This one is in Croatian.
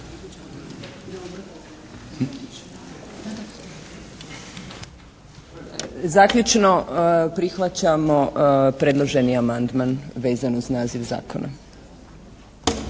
Zaključno, prihvaćamo predloženi amandman vezan uz naziv zakona.